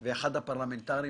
אחד מהפרלמנטרים